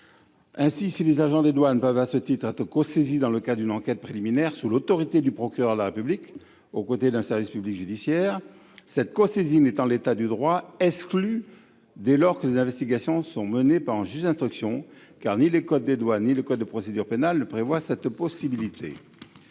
Si lesdits agents peuvent être cosaisis dans le cadre d’une enquête préliminaire, sous l’autorité du procureur de la République et aux côtés d’un service public judiciaire, une telle cosaisine est, en l’état du droit, exclue lorsque les investigations sont menées par un juge d’instruction, car ni le code des douanes ni le code de procédure pénale ne prévoient cette possibilité.